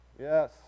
yes